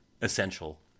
essential